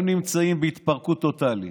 הם נמצאים בהתפרקות טוטלית,